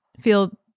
feel